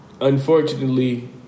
Unfortunately